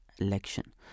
Election